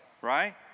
right